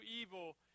evil